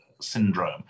syndrome